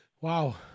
Wow